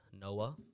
Noah